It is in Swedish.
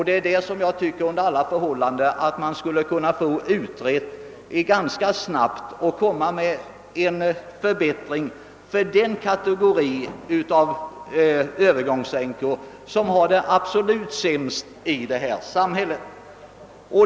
Det är detta som jag tycker att man under alla förhållanden skulle kunna få utrett ganska snabbt, så att man skulle kunna åstadkomma en förbättring för den kategori som har det absolut sämst i detta samhälle.